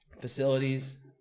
Facilities